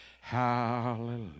Hallelujah